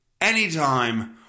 anytime